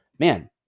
Man